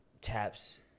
taps